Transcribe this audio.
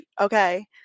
okay